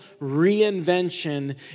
reinvention